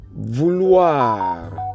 vouloir